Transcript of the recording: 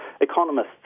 economists